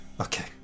Okay